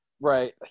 Right